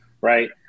right